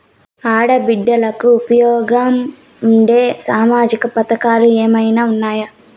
ఆడ బిడ్డలకు ఉపయోగం ఉండే సామాజిక పథకాలు ఏమైనా ఉన్నాయా?